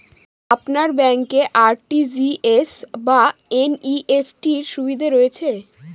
আপনার ব্যাংকে আর.টি.জি.এস বা এন.ই.এফ.টি র সুবিধা রয়েছে?